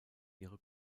ihre